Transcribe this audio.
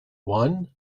one